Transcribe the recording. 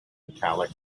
metallic